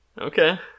Okay